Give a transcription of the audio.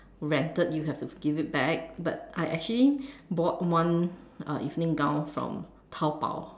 rented you have to give it back but I actually bought one uh evening gown from Taobao